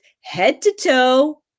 head-to-toe